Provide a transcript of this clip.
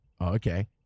Okay